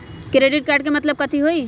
Credit card के मतलब कथी होई?